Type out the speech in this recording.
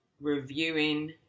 reviewing